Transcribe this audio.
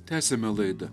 tęsiame laidą